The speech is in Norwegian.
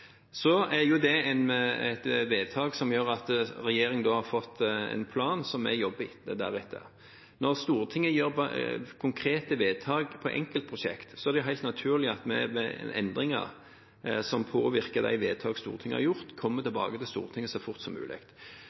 Det er et vedtak som gjør at regjeringen har fått en plan som vi jobber etter. Når Stortinget gjør konkrete vedtak om enkeltprosjekter, er det helt naturlig at vi ved endringer som påvirker de vedtak Stortinget har gjort, kommer tilbake til Stortinget så fort som mulig.